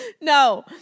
No